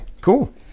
Cool